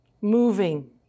moving